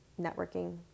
networking